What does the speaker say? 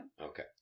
Okay